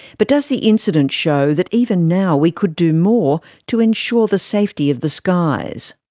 but does the incident show that even now we could do more to ensure the safety of the skies?